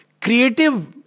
creative